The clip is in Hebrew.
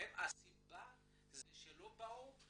הסיבה שהם לא באו כי